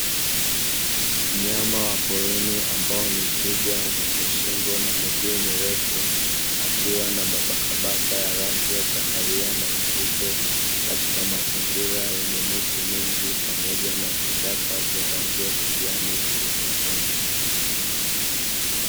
Mnyama wa porini ambae ni Twiga mwenye shingo na miguu mirefu akiwa na mabakabaka ya rangi ya kahawia na nyeupe, katika mazingira yenye miti mingi pamoja na vichaka vya rangi ya kijani vilivyofunga.